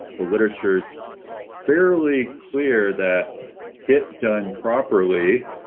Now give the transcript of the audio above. the literature's fairly clear that hit done properly,